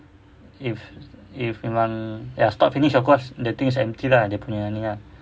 if if memang ya stock finish of course the thing is empty lah dia punya ni ah